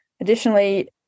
Additionally